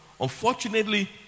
Unfortunately